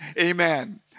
amen